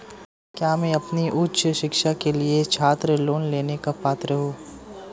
क्या मैं अपनी उच्च शिक्षा के लिए छात्र लोन लेने का पात्र हूँ?